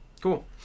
Cool